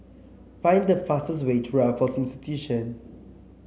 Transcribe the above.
find the fastest way to Raffles Institution